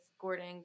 Gordon